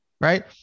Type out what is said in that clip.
right